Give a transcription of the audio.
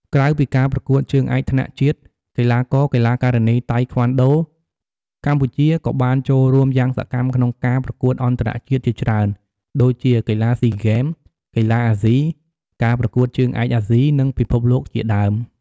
ក្រៅពីការប្រកួតជើងឯកថ្នាក់ជាតិ កីឡាករ កីឡាការិនីតៃក្វាន់ដូកម្ពុជាក៏បានចូលរួមយ៉ាងសកម្មក្នុងការប្រកួតអន្តរជាតិជាច្រើនដូចជា កីឡាស៊ីហ្គេម កីឡាអាស៊ី ការប្រកួតជើងឯកអាស៊ី និងពិភពលោកជាដើម។